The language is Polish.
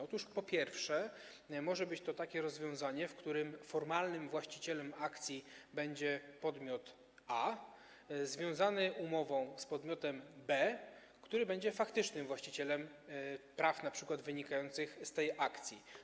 Otóż, po pierwsze, może być to takie rozwiązanie, w którym formalnym właścicielem akcji będzie podmiot A związany umową z podmiotem B, który będzie faktycznym właścicielem praw np. wynikających z tej akcji.